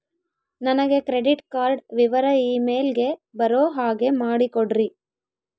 ನನಗೆ credit card ವಿವರ email ಗೆ ಬರೋ ಹಾಗೆ ಮಾಡಿಕೊಡ್ರಿ?